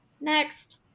Next